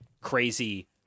crazy